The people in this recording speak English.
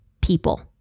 people